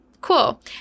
cool